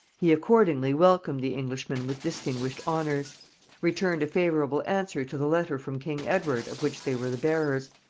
he accordingly welcomed the englishmen with distinguished honors returned a favorable answer to the letter from king edward of which they were the bearers,